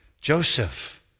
Joseph